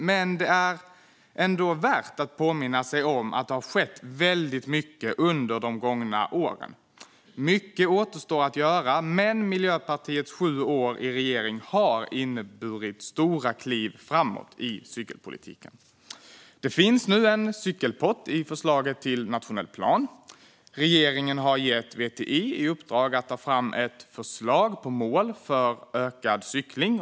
Men det är ändå värt att påminna sig om att det har skett väldigt mycket under de gångna åren. Mycket återstår att göra. Men Miljöpartiets sju år i regering har inneburit stora kliv framåt i cykelpolitiken. Det finns nu en cykelpott i förslaget till nationell plan. Regeringen har gett VTI i uppdrag att ta fram ett förslag på mål för ökad cykling.